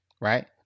right